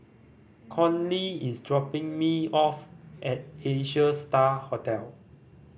Conley is dropping me off at Asia Star Hotel